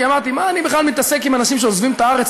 כי אמרתי: מה אני בכלל מתעסק עם אנשים שעוזבים את הארץ,